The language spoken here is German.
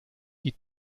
die